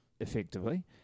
effectively